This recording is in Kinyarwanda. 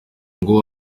ngo